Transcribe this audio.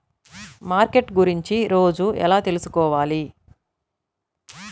Market గురించి రోజు ఎలా తెలుసుకోవాలి?